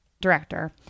director